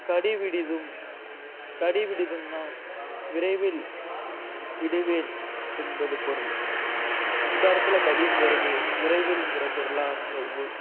கடி விடிதும் கடி விடிதும்னா விரைவில் விடுவேன் என்பது பொருள் இந்த இடத்துல கடிங்கிறது விரைவில்ங்கிற பொருளாக வருது